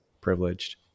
privileged